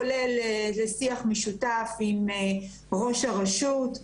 כולל לשיח משותף עם ראש הרשות.